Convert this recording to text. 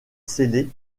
scellé